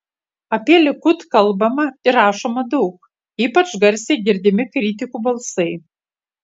apie likud kalbama ir rašoma daug ypač garsiai girdimi kritikų balsai